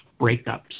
breakups